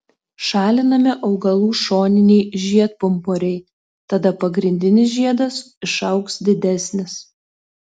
šalinami augalų šoniniai žiedpumpuriai tada pagrindinis žiedas išaugs didesnis